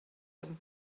him